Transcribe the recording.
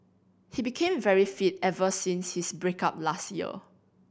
he became very fit ever since his break up last year